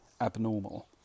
abnormal